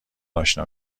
اشنا